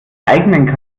eigenen